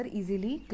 easily